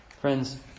Friends